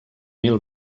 mil